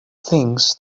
things